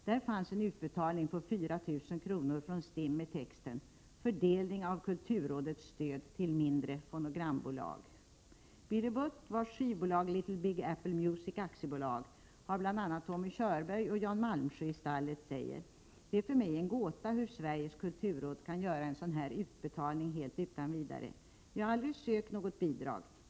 Där fanns en utbetalning på 4 000 21 april 1988 kronor från Stim med texten: ”Fördelning av Kulturrådets stöd till mindre fonogrambolag.” Billy Butt, vars skivbolag Little Big Apple Music AB har bla Tommy Körberg och Jan Malmsjö i "stallet, säger: — Det är för mig en gåta hur Sveriges Kulturråd kan göra en sådan här utbetalning helt utan vidare. Jag har aldrig sökt något bidrag.